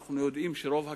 כשאנו יודעים שרוב הקרקע,